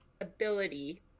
ability